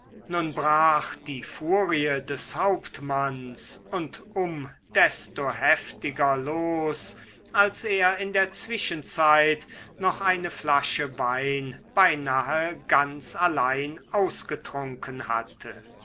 nun brach die furie des hauptmanns und um desto heftiger los als er in der zwischenzeit noch eine flasche wein beinahe ganz allein ausgetrunken hatte